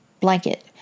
blanket